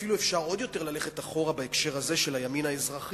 אפילו אפשר עוד יותר ללכת אחורה בהקשר הזה של הימין האזרחי,